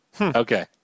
Okay